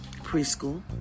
preschool